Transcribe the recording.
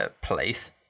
place